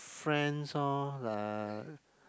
friends lor lah